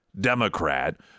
Democrat